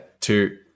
two